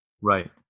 Right